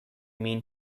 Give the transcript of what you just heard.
mean